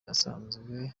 asanzwe